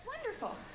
wonderful